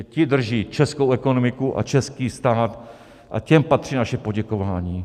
Ti drží českou ekonomiku a český stát a těm patří naše poděkování.